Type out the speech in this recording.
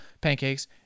pancakes